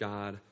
God